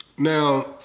Now